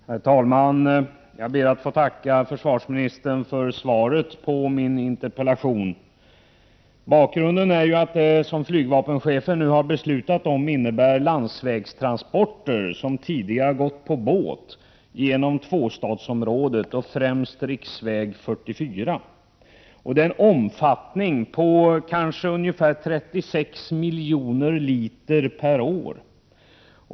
Herr talman! Jag ber att få tacka försvarsministern för svaret på min interpellation. Bakgrunden är att det beslut som flygvapenchefen nu har fattat innebär landsvägstransporter av flygbränsle, som tidigare transporterats på båt, genom tvåstadsområdet och främst på riksväg 44. Omfattningen är kanske 36 miljoner liter per år.